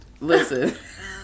listen